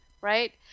right